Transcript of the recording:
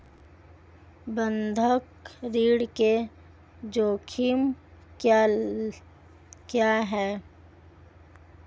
बंधक ऋण के जोखिम क्या हैं?